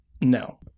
No